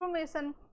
information